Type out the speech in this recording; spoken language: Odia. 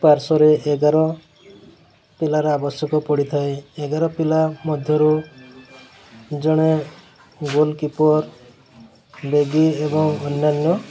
ପାର୍ଶ୍ୱରେ ଏଗାର ପିଲାର ଆବଶ୍ୟକ ପଡ଼ିଥାଏ ଏଗାର ପିଲା ମଧ୍ୟରୁ ଜଣେ ଗୋଲକିପର୍ ଏବଂ ଅନ୍ୟାନ୍ୟ